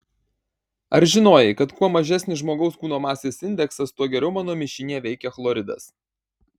ar žinojai kad kuo mažesnis žmogaus kūno masės indeksas tuo geriau mano mišinyje veikia chloridas